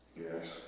Yes